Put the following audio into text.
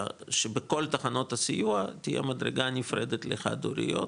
שבכל תחנות הסיוע תהיה מדרגה נפרדת לחד-הוריות,